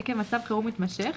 עקב מצב חירום מתמשך,